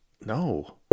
No